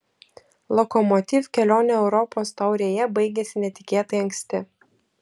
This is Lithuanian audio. lokomotiv kelionė europos taurėje baigėsi netikėtai anksti